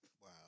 Wow